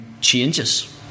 changes